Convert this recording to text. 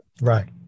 right